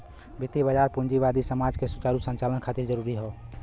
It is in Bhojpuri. वित्तीय बाजार पूंजीवादी समाज के सुचारू संचालन खातिर जरूरी हौ